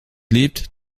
liebt